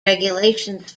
regulations